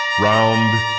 Round